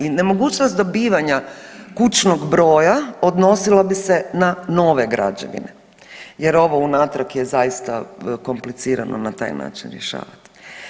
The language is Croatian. I nemogućnost dobivanja kućnog broja odnosilo bi se na nove građevine jer ovo unatrag je zaista komplicirano na taj način rješavat.